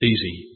Easy